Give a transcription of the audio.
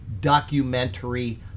Documentary